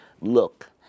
look